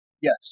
Yes